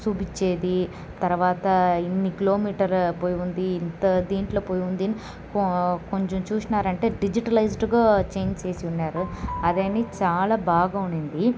చూపించేది తర్వాత ఇన్ని కిలోమీటర్లు పోయి ఉంది ఇంత దీంట్లో పోయి ఉంది కొంచెం చూసినారంటే డిజిటలైజ్డ్గా చేంజ్ చేసి ఉన్నారు అదేమి చాలా బాగుండింది